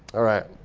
all right,